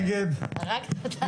מטרת --- דרך אגב,